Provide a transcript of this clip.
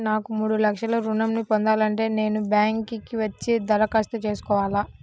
నాకు మూడు లక్షలు ఋణం ను పొందాలంటే నేను బ్యాంక్కి వచ్చి దరఖాస్తు చేసుకోవాలా?